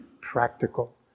practical